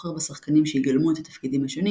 בוחר בשחקנים שיגלמו את התפקידים השונים